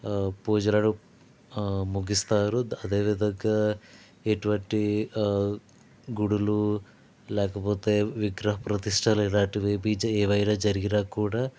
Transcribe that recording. ఆ పూజలను ఆ ముగిస్తారు అదేవిధంగా ఎటువంటి ఆ గుళ్ళు లేకపోతే విగ్రహ ప్రతిష్టలు ఇలాంటివి ఏవి ఏమైనా జరిగినా కూడా